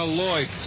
Lloyd